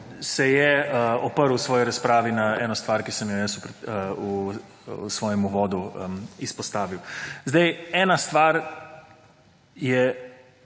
se je oprl v svoji razpravi na eno stvar, ki sem jo jaz v svojem uvodu izpostavil. Zdaj, ena stvar je